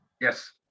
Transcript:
Yes